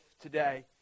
today